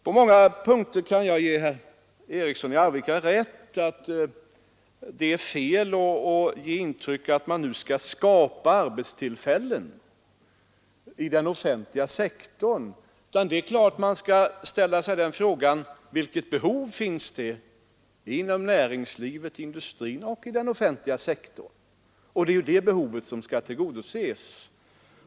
På många punkter kan jag ge herr Eriksson i Arvika rätt när han säger att man inte bör ge intrycket att vi nu skall ”skapa arbetstillfällen” inom den offentliga sektorn. Man skall naturligtvis ställa sig frågan: Vilket behov finns det inom näringslivet, inom industrin och inom den offentliga sektorn? Det är det behovet som skall tillgodoses.